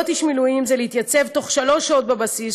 להיות איש מילואים זה להתייצב תוך שלוש שעות בבסיס